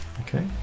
okay